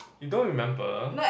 you don't remember